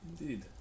indeed